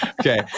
Okay